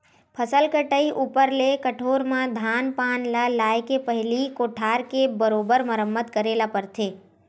फसल कटई ऊपर ले कठोर म धान पान ल लाए के पहिली कोठार के बरोबर मरम्मत करे बर पड़थे